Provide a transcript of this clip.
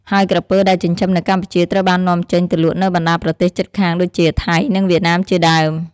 ហើយក្រពើដែលចិញ្ចឹមនៅកម្ពុជាត្រូវបាននាំចេញទៅលក់នៅបណ្តាប្រទេសជិតខាងដូចជា ថៃ និង វៀតណាមជាដើម។